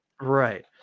right